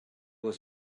was